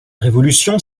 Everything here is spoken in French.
révolution